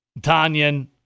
Tanyan